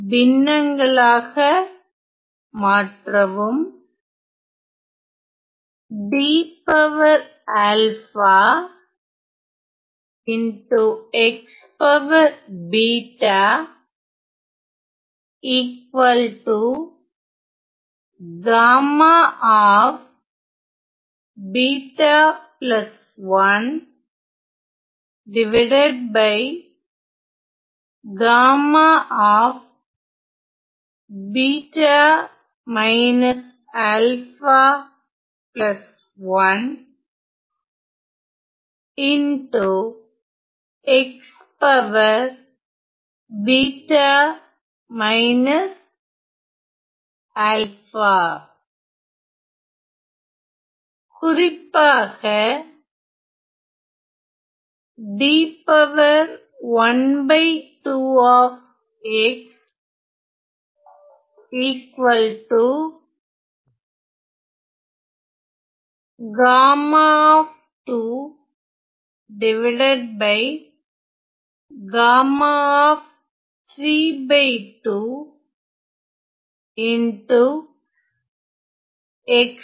பின்னங்களாக மாற்றவும் குறிப்பாக c